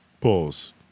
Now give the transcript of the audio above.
Pause